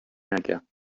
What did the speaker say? نگم